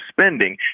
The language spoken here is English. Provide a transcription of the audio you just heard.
spending